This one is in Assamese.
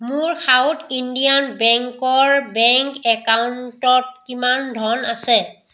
মোৰ চাউথ ইণ্ডিয়ান বেংকৰ বেংক একাউণ্টত কিমান ধন আছে